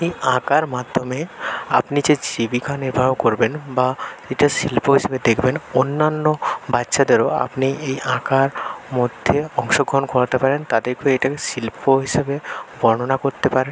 এই আঁকার মাধ্যমে আপনি যে জীবিকা নির্বাহ করবেন বা এটা শিল্প হিসাবে দেখবেন অন্যান্য বাচ্চাদেরও আপনি এই আঁকার মধ্যে অংশগ্রহণ করাতে পারেন তাদেরকে এইটাকে শিল্প হিসাবে বর্ণনা করতে পারেন